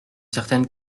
certaine